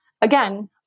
again